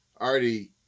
already